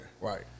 right